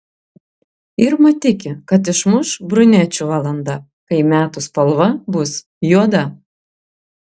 irma tiki kad išmuš brunečių valanda kai metų spalva bus juoda